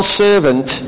servant